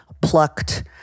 plucked